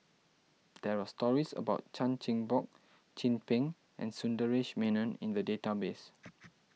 there are stories about Chan Chin Bock Chin Peng and Sundaresh Menon in the database